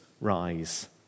rise